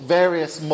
various